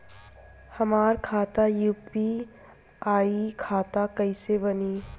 हमार खाता यू.पी.आई खाता कइसे बनी?